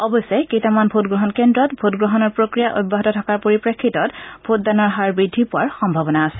অৱশ্যে কেইটামান ভোটগ্ৰহণ কেন্দ্ৰত ভোটগ্ৰহণৰ প্ৰক্ৰিয়া অব্যাহত থকাৰ পৰিপ্ৰেক্ষিতত ভোটদানৰ হাৰ বৃদ্ধি পোৱাৰ সম্ভাৱনা আছে